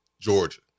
Georgia